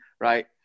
right